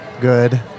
Good